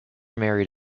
married